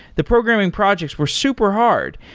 the programming projects were super hard.